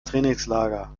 trainingslager